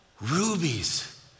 rubies